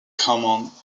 common